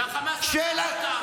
שחמאס רצח אותם, חמאס רצח אותם.